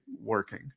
working